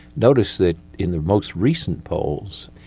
notice that in the most recent polls,